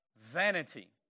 vanity